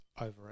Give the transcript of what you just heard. over